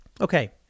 Okay